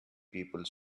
people